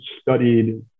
studied